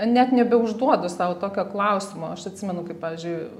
net nebeužduodu sau tokio klausimo aš atsimenu kaip pavyzdžiui